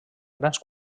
grans